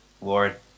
Lord